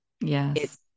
Yes